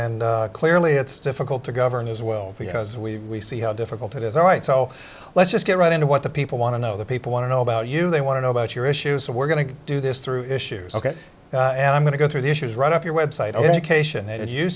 and clearly it's difficult to govern as well because we see how difficult it is all right so let's just get right into what the people want to know the people want to know about you they want to know about your issues so we're going to do this through issues ok and i'm going to go through the issues right up your website ok shanae did you